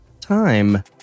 time